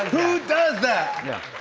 does that? yeah.